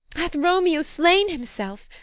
hath romeo slain himself?